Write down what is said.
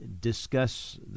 discuss